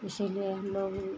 इसीलिए हमलोग